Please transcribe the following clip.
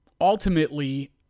Ultimately